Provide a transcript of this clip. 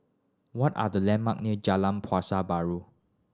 what are the landmark near Jalan Pasar Baru